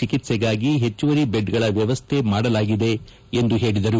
ಚಿಕಿತ್ಸೆಗಾಗಿ ಹೆಚ್ಚುವರಿ ಬೆಡ್ಗಳ ವ್ಯವಸ್ಥೆ ಮಾಡಲಾಗಿದೆ ಎಂದು ಹೇಳಿದರು